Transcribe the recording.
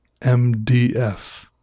MDF